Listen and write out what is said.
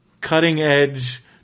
cutting-edge